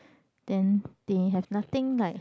then they have nothing like